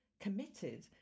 committed